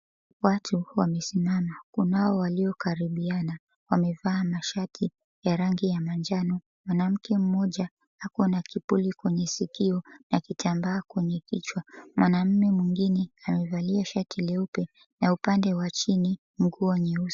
Watu wamesimama. Kunao waliokaribiana wamevaa mashati ya rangi ya manjano. Mwanamke mmoja ako na kipuli kwenye sikio na kitambaa kwenye kichwa. Mwanaume mwingine amevalia shati leupe na upande wa chini nguo nyeusi.